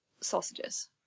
sausages